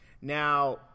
Now